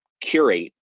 curate